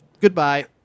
Goodbye